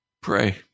pray